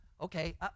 Okay